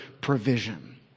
provision